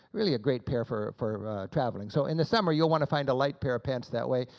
really a great pair for for traveling. so in the summer you want to find a light pair of pants that way,